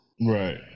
Right